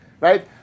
Right